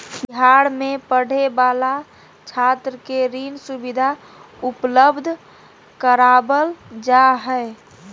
बिहार में पढ़े वाला छात्र के ऋण सुविधा उपलब्ध करवाल जा हइ